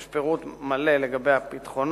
יש פירוט מלא לגבי הביטחונות,